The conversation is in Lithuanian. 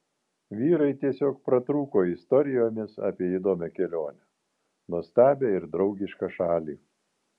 vyrai tiesiog pratrūko istorijomis apie įdomią kelionę nuostabią ir draugišką šalį